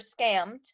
scammed